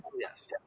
Yes